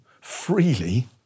freely